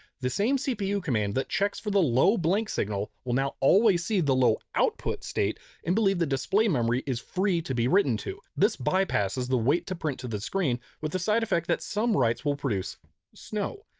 the same cpu command that checks for the low blank signal will now always see the low output state and believe that the display memory is free to be written to. this bypasses the wait to print to the screen with the side effect that some writes will produce snow.